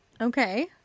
Okay